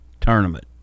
tournament